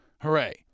Hooray